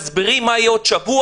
מסבירים מה יהיה בעוד שבוע,